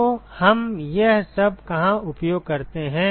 तो हम यह सब कहाँ उपयोग करते हैं